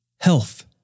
health